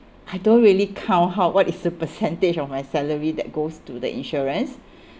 I don't really count how what is the percentage of my salary that goes to the insurance